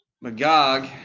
Magog